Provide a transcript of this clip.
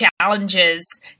challenges